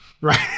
Right